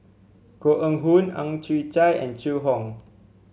Koh Eng Hoon Ang Chwee Chai and Zhu Hong